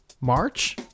March